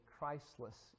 Christless